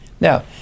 Now